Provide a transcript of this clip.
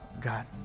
God